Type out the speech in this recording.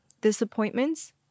disappointments